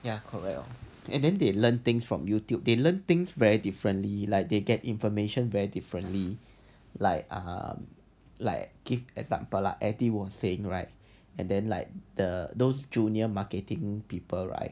ya correct lor and then they learn things from youtube they learn things very differently like they get information very differently like um like give example lah eddie was saying lah like the those junior marketing people right